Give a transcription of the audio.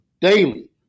daily